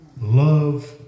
Love